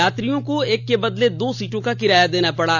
यात्रियों को एक के बदले दो सीटों का किराया देना पड़ा